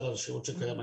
אלא על השירות שקיים היום.